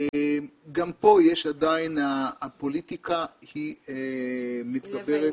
גם כאן עדיין הפוליטיקה מתגברת.